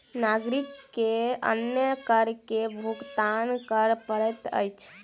नागरिक के अन्य कर के भुगतान कर पड़ैत अछि